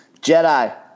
Jedi